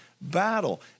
battle